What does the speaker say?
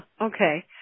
Okay